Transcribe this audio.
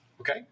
Okay